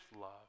love